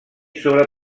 sobre